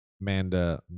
Amanda